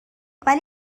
ولی